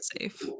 safe